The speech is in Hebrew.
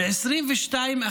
ב-2022,